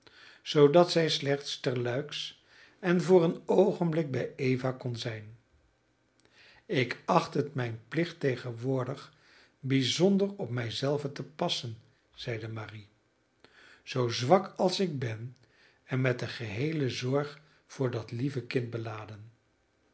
zoodat zij slechts tersluiks en voor een oogenblik bij eva kon zijn ik acht het mijn plicht tegenwoordig bijzonder op mij zelve te passen zeide marie zoo zwak als ik ben en met de geheele zorg voor dat lieve kind beladen